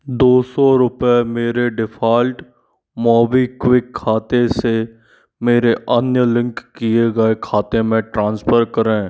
दो सौ रुपये मेरे डिफ़ॉल्ट मोबीक्वि खाते से मेरे अन्य लिंक किए गए खाते में ट्रांसफ़र करें